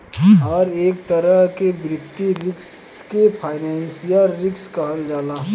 हरेक तरह के वित्तीय रिस्क के फाइनेंशियल रिस्क कहल जाला